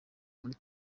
muri